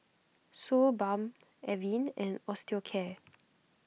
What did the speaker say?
Suu Balm Avene and Osteocare